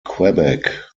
quebec